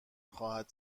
خواهد